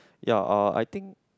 ya uh I think